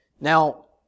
Now